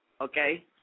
okay